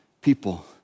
people